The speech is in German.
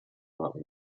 marken